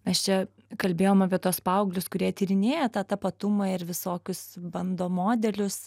mes čia kalbėjom apie tuos paauglius kurie tyrinėja tą tapatumą ir visokius bando modelius